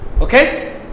Okay